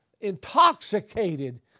intoxicated